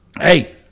hey